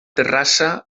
terrassa